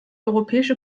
europäische